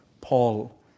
Paul